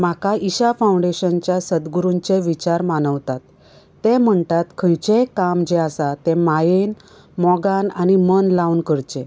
म्हाका ईशा फांवडेशनाच्या सदगुरूचे विचार मानवतात ते म्हणटात खंयचेंय काम जें आसा तें मायेन मोगान आनी मन लावन करचें